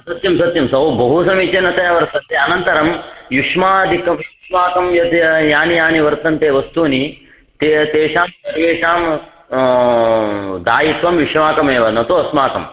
सत्यं सत्यं सौ बहु समीचीनतया वर्तते अनन्तरं युष्मदादिकं युष्माकं यानि यानि यानि वर्तन्ते वस्तूनि ते तेषां सर्वेषां दायित्वं युष्माकमेव न तु अस्माकम्